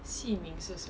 戏名是什么